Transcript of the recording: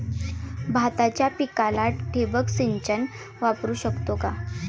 भाताच्या पिकाला ठिबक सिंचन वापरू शकतो का?